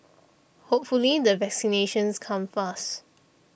hopefully the vaccinations come fast